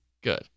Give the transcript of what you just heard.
good